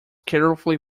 carefully